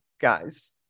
guys